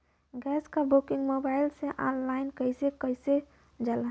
Gas क booking mobile से online कईसे कईल जाला?